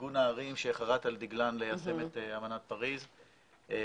ארגון הערים שחרט על דגלו ליישם את אמנת פריז ומלווה